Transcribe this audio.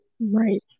Right